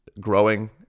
Growing